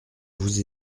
vous